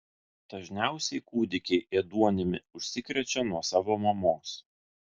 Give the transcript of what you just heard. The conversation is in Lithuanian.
dažniausiai kūdikiai ėduonimi užsikrečia nuo savo mamos